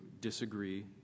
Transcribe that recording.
disagree